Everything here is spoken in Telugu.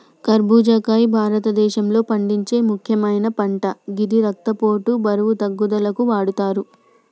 ఖర్బుజా భారతదేశంలో పండించే ముక్యమైన పంట గిది రక్తపోటు, బరువు తగ్గుదలకు వాడతరు